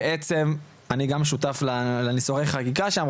בעצם אני גם שותף לניסוחי החקיקה שם,